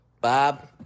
Bob